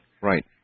Right